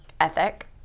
ethic